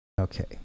Okay